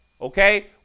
okay